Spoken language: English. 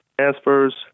transfers